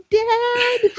dad